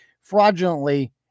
fraudulently